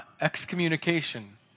Excommunication